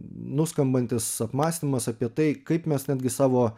nuskambantis apmąstymas apie tai kaip mes netgi savo